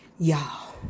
Y'all